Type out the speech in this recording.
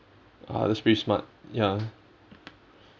ah that's pretty smart ya